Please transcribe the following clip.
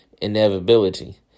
inevitability